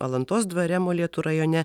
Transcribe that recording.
alantos dvare molėtų rajone